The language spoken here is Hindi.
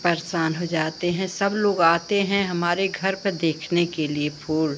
परेशान हो जाते हैं सब लोग आते हैं हमारे घर पर देखने के लिए फूल